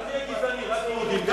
אל תהיה גזעני רק עם היהודים.